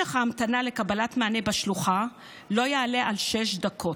משך ההמתנה לקבלת מענה בשלוחה לא יעלה על שש דקות,